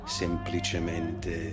semplicemente